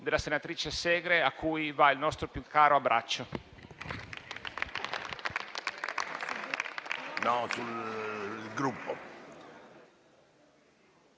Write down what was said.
della senatrice Segre, a cui va il nostro più caro abbraccio.